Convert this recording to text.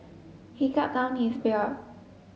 he gulped down his beer